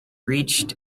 reached